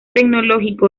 tecnológico